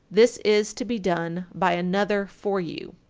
this is to be done by another for you.